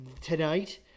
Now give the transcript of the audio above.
tonight